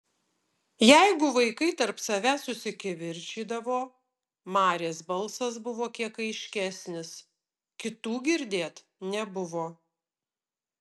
jeigu vaikai tarp savęs susikivirčydavo marės balsas buvo kiek aiškesnis kitų girdėt nebuvo